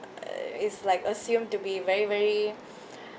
is like assumed to be very very